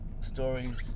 stories